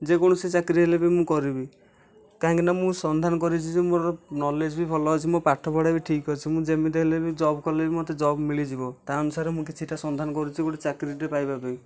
ଯେ କୌଣସି ଚାକିରି ହେଲେ ବି ମୁଁ କରିବି କାହିଁକିନା ମୁଁ ସନ୍ଧାନ କରୁଛି ଯେ ମୋର ନଲେଜ ବି ଭଲ ଅଛି ମୋ ପାଠପଢ଼ା ବି ଠିକ ଅଛି ମୁଁ ଯେମିତି ହେଲେ ବି ଜବ୍ କଲେ ବି ମତେ ଜବ୍ ମିଳିଯିବ ତା' ଅନୁସାରେ ମୁଁ କିଛିଟା ସନ୍ଧାନ କରୁଛି ଗୋଟିିଏ ଚାକିରିଟିଏ ପାଇବା ପାଇଁ